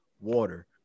water